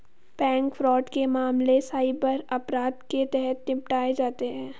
bank fraud के मामले cyber अपराध के तहत निपटाए जाते हैं